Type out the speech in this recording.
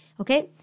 Okay